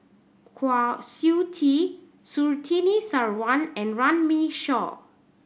Kwa Siew Tee Surtini Sarwan and Runme Shaw